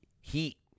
heat